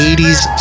80s